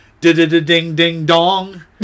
da-da-da-ding-ding-dong